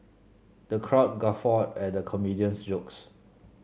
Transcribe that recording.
the crowd guffawed at the comedian's jokes